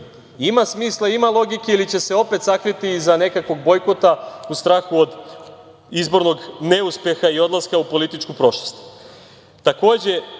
ima smisla, ima logike ili će se opet sakriti iza nekakvog bojkota u strahu od izbornog neuspeha i odlaska u političku prošlost. Takođe,